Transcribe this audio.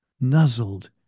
nuzzled